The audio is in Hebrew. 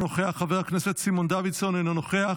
אינו נוכח, חבר הכנסת סימון דוידסון, אינו נוכח,